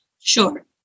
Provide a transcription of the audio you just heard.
Sure